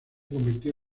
convirtió